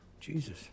Jesus